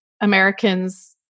Americans